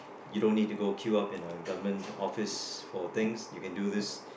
you don't need to go queue up in a government office for things you can do this